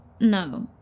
no